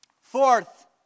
Fourth